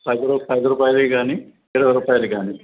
పది రూపాయలవి కానీ ఇరవై రూపాయలవి కానీ